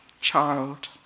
child